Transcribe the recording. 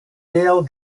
yale